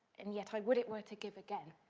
and yet i would it were to give again.